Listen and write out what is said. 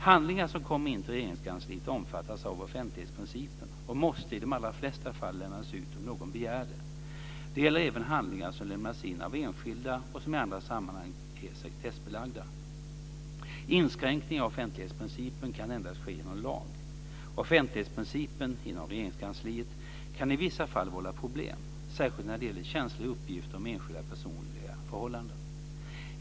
Handlingar som kommer in till Regeringskansliet omfattas av offentlighetsprincipen och måste i de allra flesta fall lämnas ut om någon begär det. Det gäller även handlingar som lämnas in av enskilda och som i andra sammanhang är sekretessbelagda. Inskränkningar i offentlighetsprincipen kan endast ske genom lag. Offentlighetsprincipen inom Regeringskansliet kan i vissa fall vålla problem, särskilt när det gäller känsliga uppgifter om enskildas personliga förhållanden.